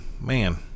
man